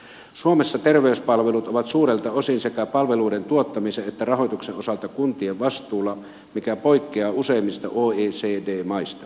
suomessa terveyspalvelut ovat suurelta osin sekä palveluiden tuottamisen että rahoituksen osalta kuntien vastuulla mikä poikkeaa useimmista oecd maista